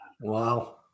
Wow